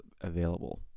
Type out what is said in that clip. available